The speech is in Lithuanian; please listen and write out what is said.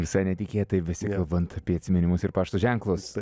visai netikėtai besikalbant apie atsiminimus ir pašto ženklus